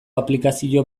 aplikazio